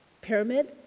pyramid